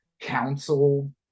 council